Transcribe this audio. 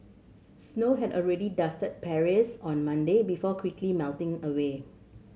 snow had already dusted Paris on Monday before quickly melting away